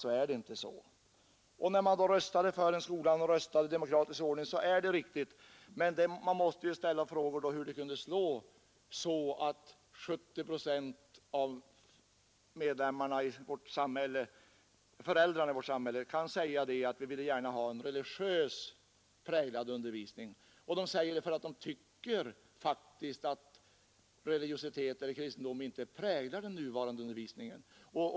Det är riktigt att man röstade för en skola i demokratisk ordning, men man måste ställa sig frågan hur det sedan kunde slå så att 70 procent av föräldrarna i vårt samhälle kan säga att de gärna vill ha en religiöst präglad undervisning. De säger det därför att de inte tycker att religiositet och kristendom präglar den nuvarande undervisningen.